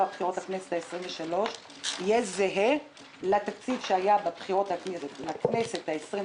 הבחירות לכנסת ה-23 יהיה זהה לתקציב שהיה בבחירות לכנסת ה-22.